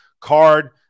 card